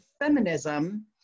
feminism